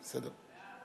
בסדר.